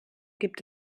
gibt